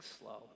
slow